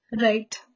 right